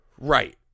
Right